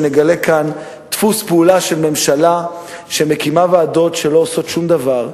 שנגלה כאן דפוס פעולה של ממשלה שמקימה ועדות שלא עושות שום דבר,